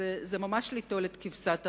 זה ממש ליטול את כבשת הרש.